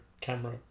camera